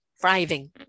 Thriving